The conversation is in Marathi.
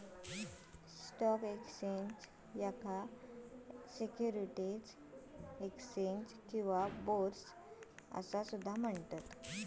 स्टॉक एक्स्चेंज, याका सिक्युरिटीज एक्स्चेंज किंवा बोर्स असा सुद्धा म्हणतत